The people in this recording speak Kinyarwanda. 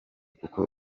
kuko